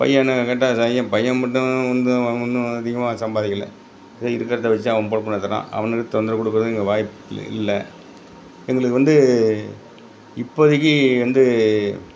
பையனை கேட்டால் சரியாக பையன் மட்டும் வந்து ஒன்றும் அதிகமாக சம்பாதிக்கல ஏதோ இருக்கிறத வச்சி அவன் பொழப்பு நடத்துகிறான் அவனுக்கு தொந்தரவு கொடுக்கக்கூடாது எங்கள் வாய்ப்பு இல்லை எங்களுக்கு வந்து இப்போதைக்கு வந்து